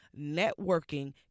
Networking